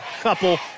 couple